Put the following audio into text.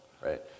right